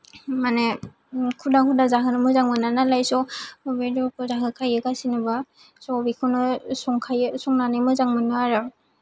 मानो खुदा खुदा जाहोनो मोजां मोना नालाय स बेदर जाहोखायो गासिनोबो स बेखौनो संखायो संनानै मोजां मोनो आरो